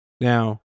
now